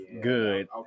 good